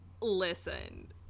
Listen